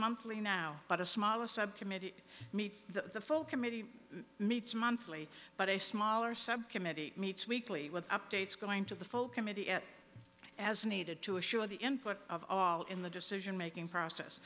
monthly now but a smaller subcommittee meet the full committee meets monthly but a smaller subcommittee meets weekly with updates going to the full committee at as needed to assure the input of all in the decision making process